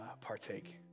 partake